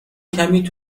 کمی